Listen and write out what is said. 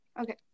Okay